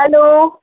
hello